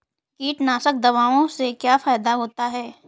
कीटनाशक दवाओं से क्या फायदा होता है?